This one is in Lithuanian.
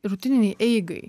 rutininei eigai